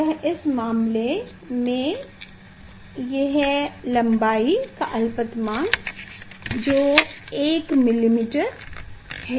यह इस मामले में है लम्बाई का अलपतमांक 1 मिलीमीटर है